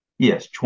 Yes